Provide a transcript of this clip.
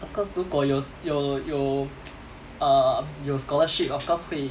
of course 如果有有有 err 有 scholarship of course 会